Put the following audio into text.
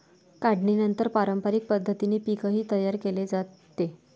काढणीनंतर पारंपरिक पद्धतीने पीकही तयार केले जाते